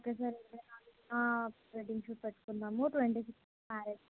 okay sir ఇరవై నాలుగున wedding shoot పెట్టుకుందాము ట్వంటీ సిక్స్త్ మ్యారేజ్